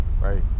right